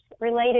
related